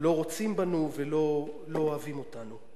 לא רוצים בנו ולא אוהבים אותנו.